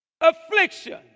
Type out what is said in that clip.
affliction